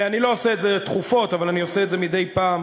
אני לא עושה את זה תכופות אבל אני עושה את זה מדי פעם,